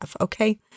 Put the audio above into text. Okay